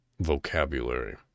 Vocabulary